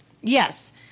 Yes